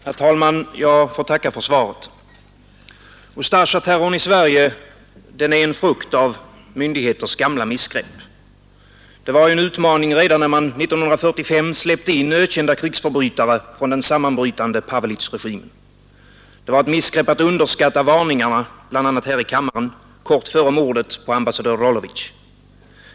Herr talman! Jag får tacka för svaret. Ustasjaterrorn i Sverige är en frukt av myndigheters gamla missgrepp. Det var en utmaning redan när man 1945 släppte in ökända krigsförbrytare från den sammanbrytande Pavelicregimen. Det var ett missgrepp att underskatta varningarna — bl.a. här i kammaren — kort före mordet på ambassadör Rolovic.